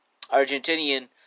Argentinian